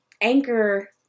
Anchor